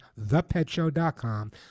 thepetshow.com